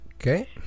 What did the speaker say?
Okay